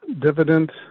Dividend